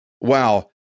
Wow